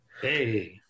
Hey